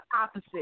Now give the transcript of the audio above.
opposite